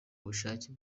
ubushake